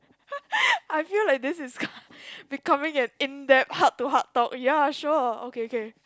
I feel like this is becoming an in depth heart to heart talk ya sure okay K